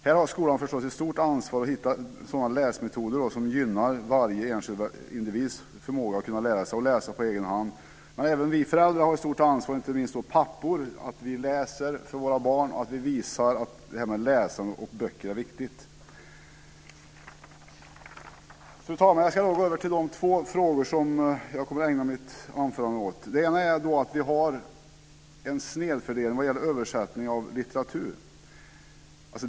Här har skolan förstås ett stort ansvar att hitta läsmetoder som gynnar varje enskild individs förmåga att lära sig läsa på egen hand. Även vi föräldrar har ett stort ansvar, inte minst pappor. Det är viktigt att vi läser för våra barn och visar att det här med läsande och böcker är viktigt. Fru talman! Jag ska gå över till de två frågor som jag kommer att ägna resten av mitt anförande åt. Den första är att vi har en snedfördelning vad gäller översättning av litteratur.